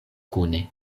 kune